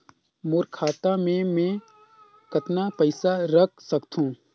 मोर खाता मे मै कतना पइसा रख सख्तो?